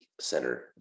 Center